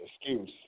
excuse